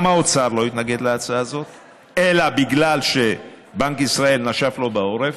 גם האוצר לא התנגד להצעה הזאת אלא בגלל שבנק ישראל נשף לו בעורף,